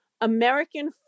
American